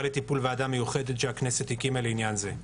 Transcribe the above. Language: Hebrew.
לטיפול ועדה מיוחדת שהכנסת הקימה לעניין זה,